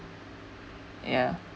ya